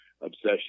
obsession